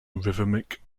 rhythmic